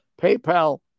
PayPal